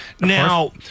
Now